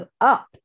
up